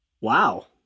Wow